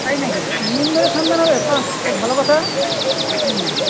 তাই নাকি তিন দিন ধরে খাওয়ান দাওয়ান হবে বাঃ খুব ভালো কথা হুম